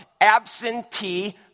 absentee